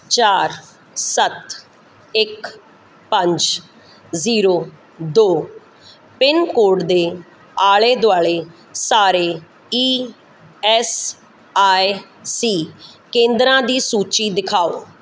ਚਾਰ ਸੱਤ ਇਕ ਪੰਜ ਜ਼ੀਰੋ ਦੋ ਪਿੰਨ ਕੋਡ ਦੇ ਆਲੇ ਦੁਆਲੇ ਸਾਰੇ ਈ ਐਸ ਆਈ ਸੀ ਕੇਂਦਰਾਂ ਦੀ ਸੂਚੀ ਦਿਖਾਓ